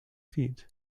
feet